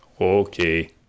Okay